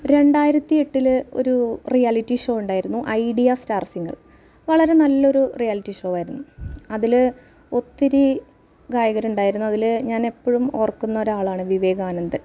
രണ്ടായിരത്തി എട്ടിൽ ഒരു റിയാലിറ്റി ഷോ ഉണ്ടായിരുന്നു ഐഡിയ സ്റ്റാർ സിംഗർ വളരെ നല്ലൊരു റിയാലിറ്റി ഷോ ആയിരുന്നു അതിൽ ഒത്തിരി ഗായകർ ഉണ്ടായിരുന്നതിൽ ഞാൻ എപ്പോഴും ഓർക്കുന്ന ഒരാളാണ് വിവേകാനന്ദൻ